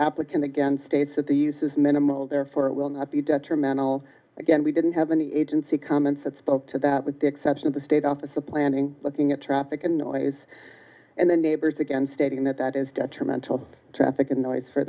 applicant again states that the u s is minimal therefore it will not be detrimental again we didn't have any agency comments that spoke to that with the exception of the state office of planning looking at traffic and noise and then neighbors again stating that that is detrimental traffic